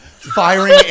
Firing